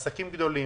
עסקים גדולים,